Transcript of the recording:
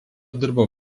dirbo